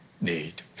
need